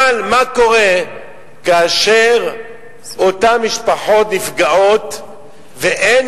אבל מה קורה כאשר אותן משפחות נפגעות ואין